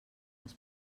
els